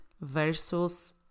versus